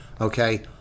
okay